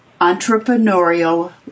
Entrepreneurial